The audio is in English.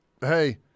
hey